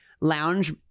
lounge